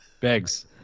Begs